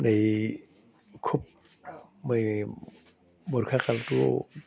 এই খুব এই বৰ্ষাকালটো